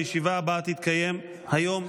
הישיבה הבאה תתקיים היום,